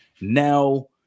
Now